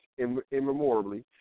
immemorably